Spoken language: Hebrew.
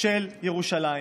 של ירושלים.